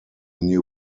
new